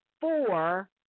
four